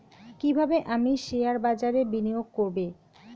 কিভাবে আমি শেয়ারবাজারে বিনিয়োগ করবে?